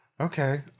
Okay